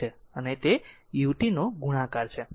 ut i 3